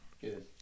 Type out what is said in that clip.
good